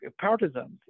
partisans